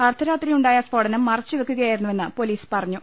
അർദ്ധരാത്രി ഉണ്ടായ സ്ഫോടനം മറച്ചുവെക്കുകയായി രുന്നുവെന്ന് പൊലീസ് പറഞ്ഞു